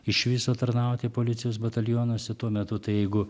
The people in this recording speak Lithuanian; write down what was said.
iš viso tarnauti policijos batalionuose tuo metu tai jeigu